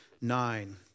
nine